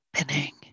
opening